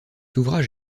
ouvrage